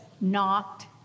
knocked